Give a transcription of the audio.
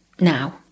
now